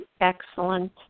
Excellent